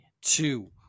two